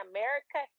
America